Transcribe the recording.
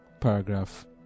paragraph